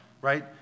right